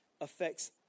affects